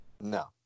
No